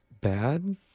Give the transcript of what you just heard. bad